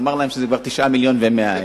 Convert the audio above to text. תאמר להם שזה כבר 9.1 מיליון,